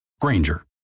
Granger